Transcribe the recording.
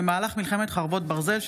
מלחמת חרבות ברזל.